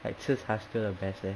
like 吃茶 still the best leh